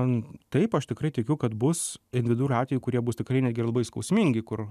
man taip aš tikrai tikiu kad bus individualių atvejų kurie bus tikrai netgi labai skausmingi kur